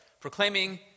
proclaiming